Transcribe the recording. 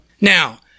Now